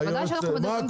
בוודאי שאנחנו מדברים בשמם.